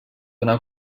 una